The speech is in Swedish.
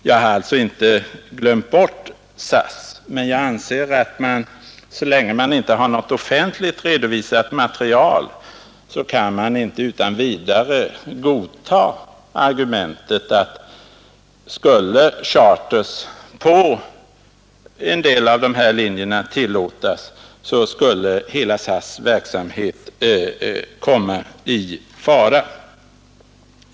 Jag har alltså inte glömt bort SAS, men jag anser att så länge man inte har något offentligt redovisat material kan man inte utan vidare godta argumentet att om charterresor skulle tillåtas på en del av dessa linjer skulle hela SAS:s verksamhet komma i fara.